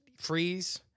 freeze